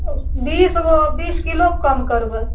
बीसगो बीस किलो कऽ कम करबै